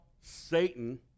Satan